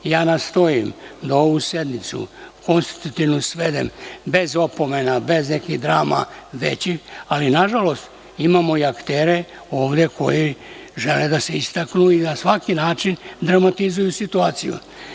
Ja nastojim da ovu konstitutivnu sednicu svedem bez opomena, bez nekih većih drama, ali nažalost imamo i aktere ovde koji žele da se istaknu i da na svaki način dramatizuju situaciju.